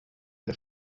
der